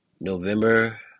November